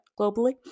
globally